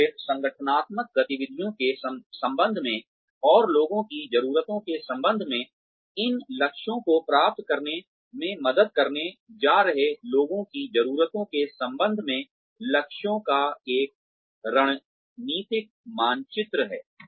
और फिर संगठनात्मक गतिविधियों के संबंध में और लोगों की ज़रूरतों के संबंध में इन लक्ष्यों को प्राप्त करने में मदद करने जा रहे लोगों की ज़रूरतों के संबंध में लक्ष्यों का एक रणनीतिक मानचित्र है